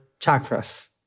chakras